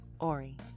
Ori